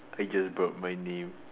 I just burped my name